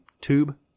tube